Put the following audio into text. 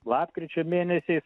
lapkričio mėnesiais